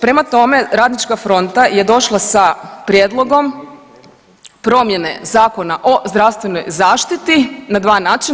Prema tome, Radnička fronta je došla sa prijedlogom promjene Zakona o zdravstvenoj zaštiti na dva način.